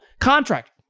contract